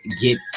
get